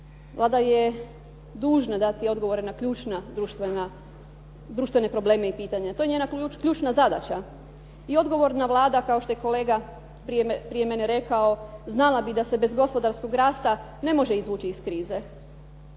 Vlada je dužna dati odgovore na ključna društvena, društvene probleme i pitanja. To je njena ključna zadaća. I odgovorna Vlada kao što je kolega prije mene rekao znala bi da se bez gospodarskog rasta ne može izvući iz krize.